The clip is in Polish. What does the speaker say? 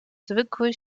zwykły